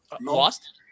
Lost